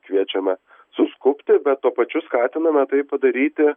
kviečiame suskubti bet tuo pačiu skatiname tai padaryti